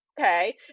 Okay